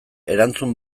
erantzun